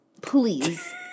please